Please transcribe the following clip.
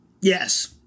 Yes